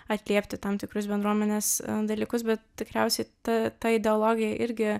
atliepti tam tikrus bendruomenės dalykus bet tikriausiai ta ta ideologija irgi